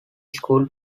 school